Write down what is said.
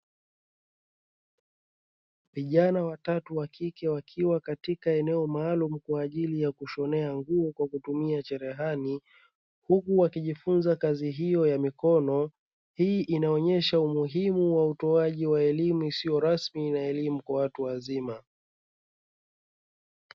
Vijana watatu wa kike wakiwa katika eneo maalumu kwa ajili ya kushonea nguo kwa kutumia cherehani, huku wakijifunza kazi hiyo ya mikono. Hii inaonyesha umuhimu wa utoaji wa elimu isiyo rasmi na elimu kwa watu wazima.